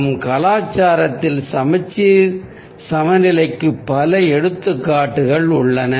நம் கலாச்சாரத்தில் சமச்சீர் சமநிலைக்கு பல எடுத்துக்காட்டுகள் உள்ளன